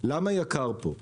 למה יקר פה?